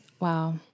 Wow